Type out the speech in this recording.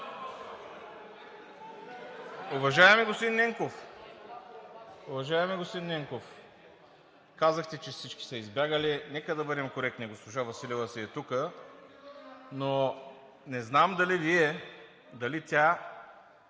Уважаеми господин Ненков, казахте, че всички са избягали, нека да бъдем коректни – госпожа Василева е тук. Но не знам дали Вие, дали тя,